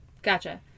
Gotcha